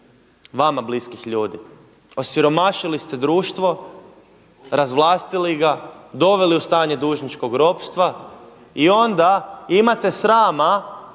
vama bliskih ljudi. Osiromašili ste društvo, razvlastili ga, doveli u stanje dužničkog ropstva i onda imate srama